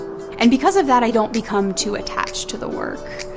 and because of that, i don't become too attached to the work.